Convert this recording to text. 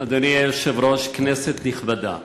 אדוני היושב-ראש, כנסת נכבדה,